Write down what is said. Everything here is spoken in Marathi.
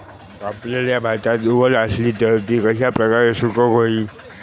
कापलेल्या भातात वल आसली तर ती कश्या प्रकारे सुकौक होई?